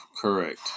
Correct